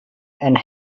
and